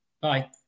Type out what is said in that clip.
bye